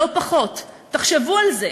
לא פחות, תחשבו על זה.